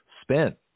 spent